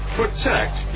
protect